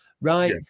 Right